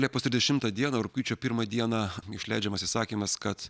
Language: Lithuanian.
liepos trisdešimtą dieną rugpjūčio pirmą dieną išleidžiamas įsakymas kad